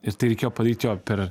ir tai reikėjo padaryt jo per